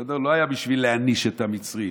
זה לא בשביל להעניש את המצרים.